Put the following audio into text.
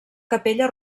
capella